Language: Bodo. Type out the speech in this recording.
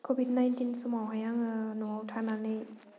कभिड नाइन्टिन समावहाय आङो न'आव थानानै